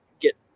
get